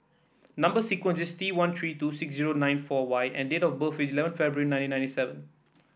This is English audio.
number sequence is T one three two six zero nine four Y and date of birth is eleven February nineteen ninety seven